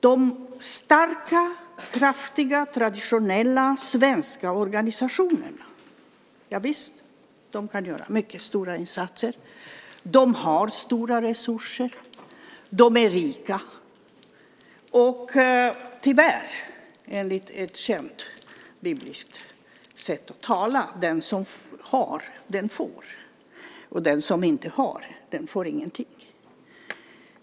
De starka kraftiga traditionella svenska organisationerna kan göra mycket stora insatser. De har stora resurser. De är rika. Tyvärr, enligt ett känt bibliskt sätt att tala, är det så att den som har den får. Den som inte har får ingenting.